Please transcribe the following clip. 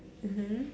mmhmm